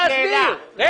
אני